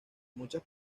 muchas